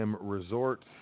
Resorts